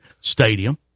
stadium